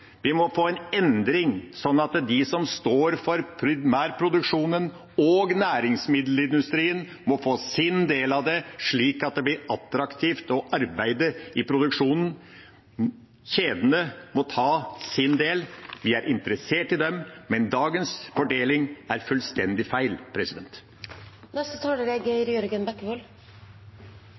Vi må få en endring, sånn at de som står for primærproduksjonen og næringsmiddelindustrien, får sin del av det, slik at det blir attraktivt å arbeide i produksjonen. Kjedene må ta sin del – vi er interessert i dem – men dagens fordeling er fullstendig feil.